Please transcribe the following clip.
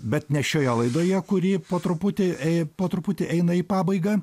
bet ne šioje laidoje kuri po truputį ė po truputį eina į pabaigą